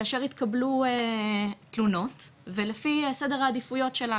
כאשר יתקבלו תלונות ולפי הסדר העדיפויות שלה,